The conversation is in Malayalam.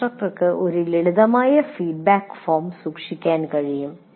ഇൻസ്ട്രക്ടർക്ക് ഒരു ലളിതമായ ഫീഡ്ബാക്ക് ഫോം സൃഷ്ടിക്കാൻ കഴിയും